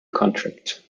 contract